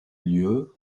lieues